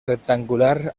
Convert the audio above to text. rectangular